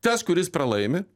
tas kuris pralaimi